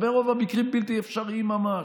ברוב המקרים בלתי אפשריים ממש.